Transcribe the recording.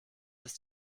ist